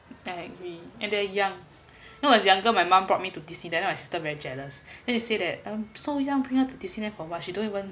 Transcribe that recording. I agree and they're young when I was younger my mum brought me to disneyland then my sister very jealous then she said that so young bring her to disneyland for what she don't even